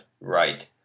right